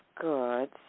good